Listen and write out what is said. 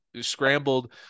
scrambled –